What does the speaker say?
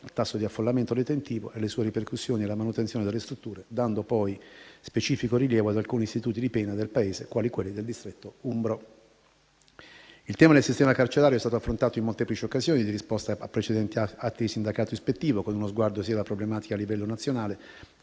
il tasso di affollamento detentivo e le sue ripercussioni, nonché la manutenzione delle strutture, dando poi specifico rilievo ad alcuni istituti di pena del Paese, quali quelli del distretto umbro. Il tema del sistema carcerario è stato affrontato in molteplici occasioni di risposta a precedenti atti di sindacato ispettivo, con uno sguardo alla problematica a livello nazionale